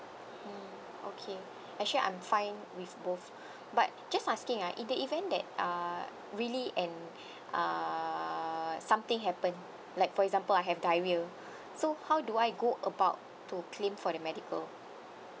mm okay actually I'm fine with both but just asking ah in the event that uh really an err something happen like for example I have diarrhea so how do I go about to claim for the medical